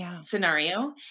scenario